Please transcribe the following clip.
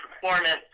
performance